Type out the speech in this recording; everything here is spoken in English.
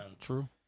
True